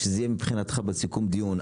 בסיכום הדיון.